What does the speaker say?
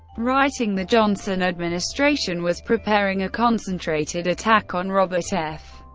writing the johnson administration was preparing a concentrated attack on robert f.